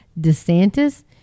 DeSantis